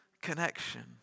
connection